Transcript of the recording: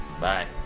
Bye